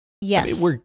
Yes